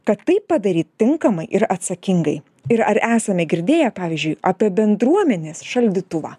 kad tai padaryt tinkamai ir atsakingai ir ar esame girdėję pavyzdžiui apie bendruomenės šaldytuvą